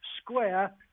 square